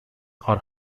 are